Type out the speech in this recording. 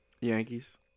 Yankees